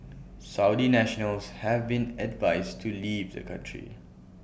Saudi nationals have been advised to leave the country